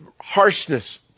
harshness